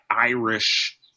Irish